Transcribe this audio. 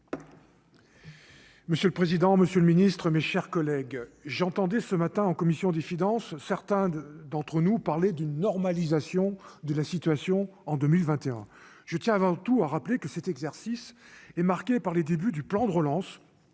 Monsieur le président, Monsieur le Ministre, mes chers collègues, j'entendais ce matin en commission des finances certains de d'entre nous parler d'une normalisation de la situation en 2021 je tiens avant tout à rappeler que cet exercice est marquée par les débuts du plan de relance